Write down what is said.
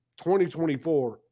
2024